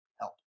help